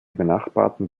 benachbarten